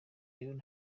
rero